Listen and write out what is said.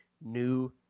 new